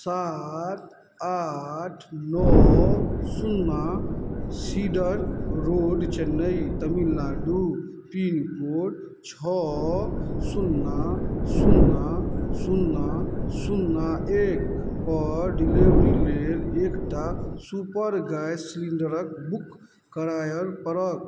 सात आठ नओ सुन्ना cedar road Chennai Tamil Nadu pin code छओ सुन्ना सुन्ना सुन्ना सुन्ना एकपर डिलिवरी लेल एकटा सुपर गैस सिलिण्डरके बुक करै पड़त